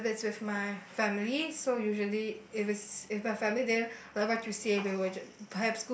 but if it's with my family so usually if is if a family then like what you say we will j~